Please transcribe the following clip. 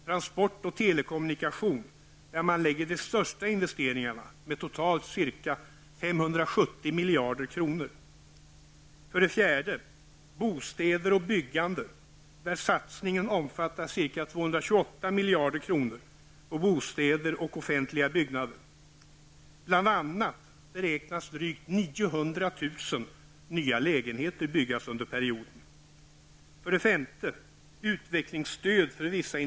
Transport och telekommunikation, där man lägger de största investeringarna med totalt ca 570 4. Bostäder och byggande, där satsningen omfattar ca 228 miljarder kronor på bostäder och offentliga byggnader. Bl.a. beräknas drygt 900 000 nya lägenheter byggas under perioden.